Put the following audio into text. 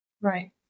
right